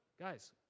guys